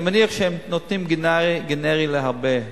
אני מניח שהם נותנים גנרי להרבה,